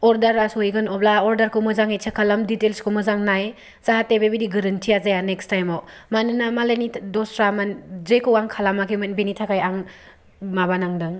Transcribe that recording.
अर्डारा सहैगोन अब्ला अर्डारखौ मोजाङै चेक खालाम दिटेइल्सखौ मोजां नाय जाहाथे बेबायदि गोरोन्थिआ जाया नेक्सट टाइमाव मानोना मालायनि दस्रामोन जेखौ आं खालामाखैमोन बेनि थाखाय आं माबा नांदों